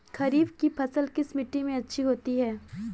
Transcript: खरीफ की फसल किस मिट्टी में अच्छी होती है?